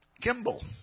Kimball